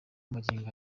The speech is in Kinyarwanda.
magingo